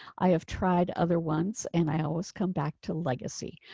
i have tried other ones. and i always come back to legacy.